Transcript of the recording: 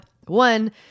one